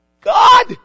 God